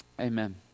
Amen